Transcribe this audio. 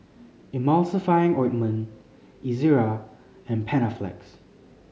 Emulsying Ointment Ezerra and Panaflex